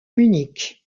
munich